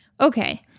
okay